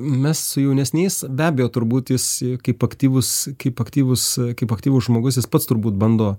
mes su jaunesniais be abejo turbūt jis kaip aktyvus kaip aktyvus kaip aktyvus žmogus jis pats turbūt bando